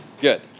Good